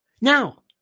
Now